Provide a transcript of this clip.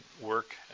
work